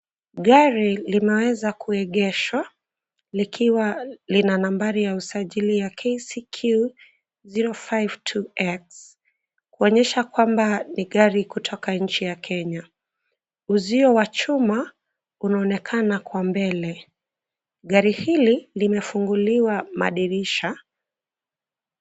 Gari limeweza kuegeshwa likiwa lina nambari ya usajili ya KCQ 052X, kuonyesha kwamba ni gari kutoka nchi ya Kenya. Uzio wa chuma unaonekana kwa mbele. Gari hili limefunguliwa madirisha.